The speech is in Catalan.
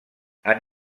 han